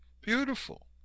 beautiful